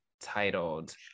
titled